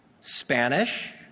Spanish